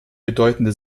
bedeutende